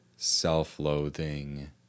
Self-loathing